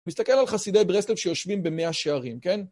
מסתכל על חסידי ברסלב שיושבים במאה שערים, כן?